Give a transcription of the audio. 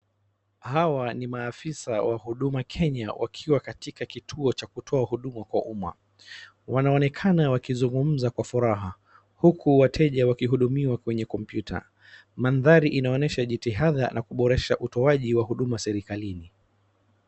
Hawa ni maafisa wa huduma Kenya wakiwa katika kituo cha kutoa huduma kwa uma, wanaonekana wakizungumza kwa furaha huku wateja wakihudumiwa kwa kompyuta, mandhari inaonyesha jitihada na kuboresha utoaji wa huduma serikalini.